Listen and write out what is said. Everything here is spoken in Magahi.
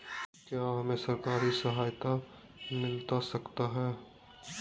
क्या हमे सरकारी सहायता मिलता सकता है?